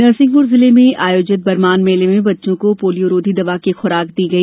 नरसिंहपुर जिले में आयोजित बरमान मेले में बच्चों को पोलियोरोधी दवा की खूराक दी गई